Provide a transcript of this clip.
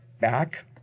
back